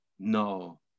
No